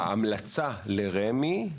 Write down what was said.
ההמלצה לרמ"י,